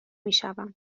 میشوم